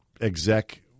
Exec